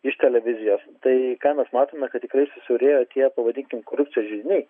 iš televizijos tai ką mes matome kad tikrai susiaurėjo tie pavadinkime korupcijos židiniai